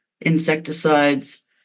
insecticides